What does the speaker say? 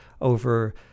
over